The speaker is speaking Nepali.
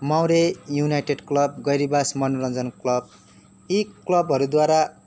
Maure united club Gairibas Manoranjan club यी क्लबहरूद्वारा